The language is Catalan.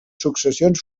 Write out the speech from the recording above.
successions